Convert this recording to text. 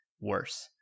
worse